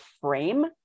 frame